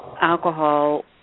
alcohol